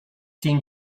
seem